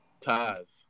Ties